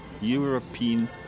European